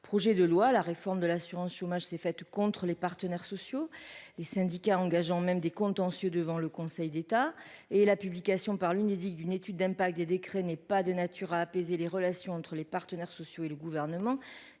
projet de loi, la réforme de l'assurance chômage s'est fait contre les partenaires sociaux, les syndicats engageant même des contentieux devant le Conseil d'État et la publication par l'Unédic d'une étude d'impact des décrets n'est pas de nature à apaiser les relations entre les partenaires sociaux et le gouvernement,